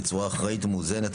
בצורה אחראית ומאוזנת.